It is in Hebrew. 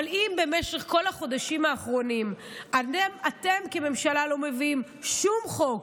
אבל אם במשך כל החודשים האחרונים אתם כממשלה לא מביאים שום חוק,